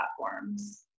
platforms